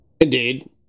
Indeed